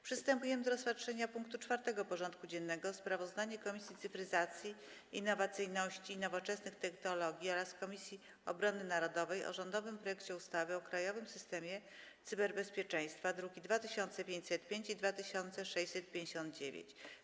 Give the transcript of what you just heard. Przystępujemy do rozpatrzenia punktu 4. porządku dziennego: Sprawozdanie Komisji Cyfryzacji, Innowacyjności i Nowoczesnych Technologii oraz Komisji Obrony Narodowej o rządowym projekcie ustawy o krajowym systemie cyberbezpieczeństwa (druki nr 2505 i 2659)